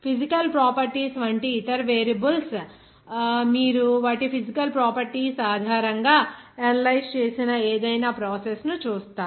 physical properties వంటి ఇతర variables మీరు వాటి ఫిజికల్ ప్రాపర్టీస్ ఆధారంగా అనలైజ్ చేసిన ఏదైనా ప్రాసెస్ ను చూస్తారు